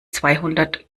zweihundert